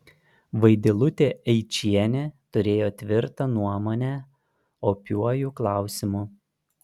vaidilutė eičienė turėjo tvirtą nuomonę opiuoju klausimu